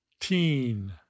teen